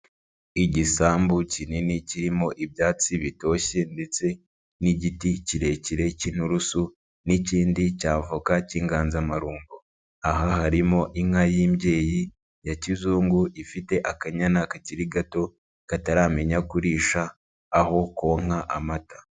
Igisambu kinini kirimo ibyatsi bitoshye ndetse n'igiti kirekire cy'inturusu n'ikindi cy'avoka cy'inganzamarumbo. Aha harimo inka y'imbyeyi ya kizungu ifite akanyana kakiri gato kataramenya kurisha, aho konka amata.